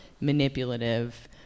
manipulative